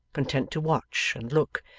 content to watch, and look,